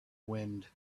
wind